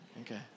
Okay